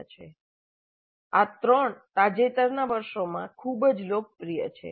આ ત્રણ પ્રાયોગિક અભિગમ પ્રોજેક્ટ આધારિત અભિગમ અને સમસ્યા આધારિત અભિગમ તાજેતરનાં વર્ષોમાં ખૂબ જ લોકપ્રિય છે